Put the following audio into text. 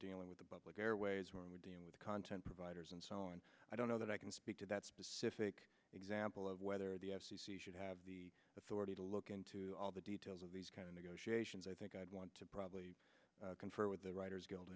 dealing with the public airwaves where we're dealing with content providers and so on i don't know that i can speak to that specific example of whether the f c c should have the authority to look into all the details of these negotiations i think i'd want to probably confer with the writers guild